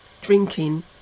drinking